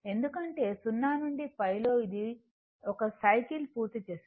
ఎందుకంటే 0 నుండి π లో ఇది ఒక సైకిల్ పూర్తి చేస్తోంది